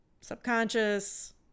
subconscious